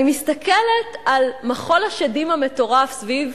אני מסתכלת על מחול השדים המטורף סביב